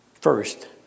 first